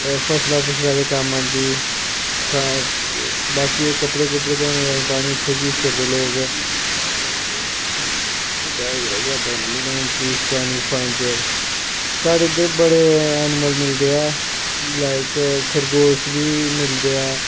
फसला फुसला दे कम्म आंदी बाकी ओह् कपड़े कुपड़े धोने दे पानी उत्थें यूज करदे लोग but can you find there साढ़े इद्धर बड़े ऐनिमल मिलदे ऐ लाइक खरगोश बी मिलदे ऐ